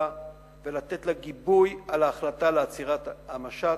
ולתת לה גיבוי על ההחלטה לעצור את המשט.